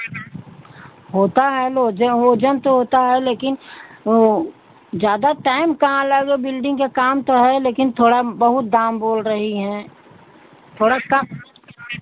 होता है लोहे वजन तो होता है लेकिन वो ज़्यादा टाइम कहाँ लगे बिल्डिंग के काम तो है लेकिन थोड़ा बहुत दाम बोल रही हैं थोड़ा कम